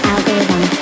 Algorithm